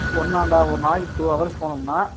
ஒன்னான்டா ஒரு நாளைக்கு two hours போனோம்னா